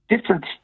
Different